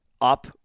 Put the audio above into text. up